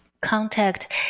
contact